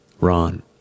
Ron